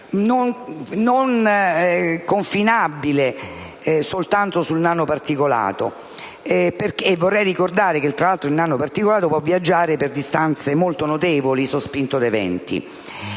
non confinabile soltanto al nanoparticolato. Tra l'altro, vorrei ricordare che il nanoparticolato può viaggiare per distanze molto ampie sospinto dal vento.